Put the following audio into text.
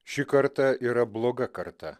ši karta yra bloga karta